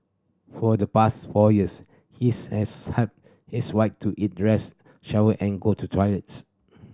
for the past four years he's has helped his wife to eat dress shower and go to toilet